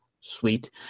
sweet